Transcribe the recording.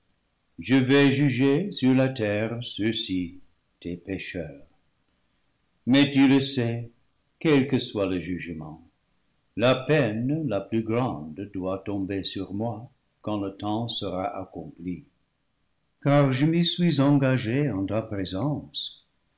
je vais juger sur la terre ceux-ci tes pécheurs mais lu le sais quel que soit le jugement la peine la plus grande doit tomber sur moi quand le temps sera accompli car je m'y suis engagé en ta présence